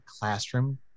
classroom